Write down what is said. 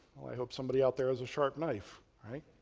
well, i hope somebody out there has a sharp knife, right?